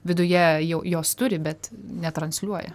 viduje jau jos turi bet netranslioja